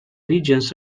regions